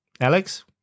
Alex